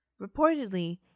reportedly